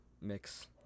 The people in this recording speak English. mix